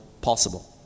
possible